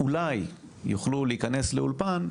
אולי יוכלו להיכנס לאולפן,